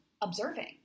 observing